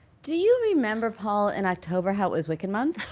do you remember, paul, in october how it was wicked month?